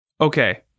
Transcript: Okay